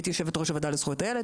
הייתי יושבת-ראש הוועדה לזכויות הילד,